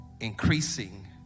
increasing